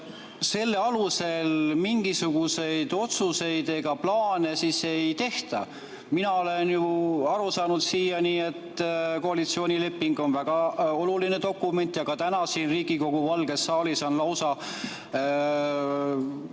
selle alusel mingisuguseid otsuseid ega plaane ei tehta? Mina olen siiani aru saanud, et koalitsioonileping on väga oluline dokument. Ka täna siin Riigikogu Valges saalis, kus